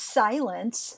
silence